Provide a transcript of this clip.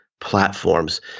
platforms